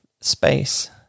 space